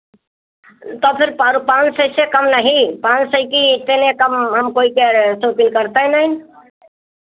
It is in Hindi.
तो फिर पाँच सौ से कम नहीं पाँच सौ की सेने कम हम कोई कह रहे तो कोई करतइ नहीं